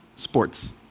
Sports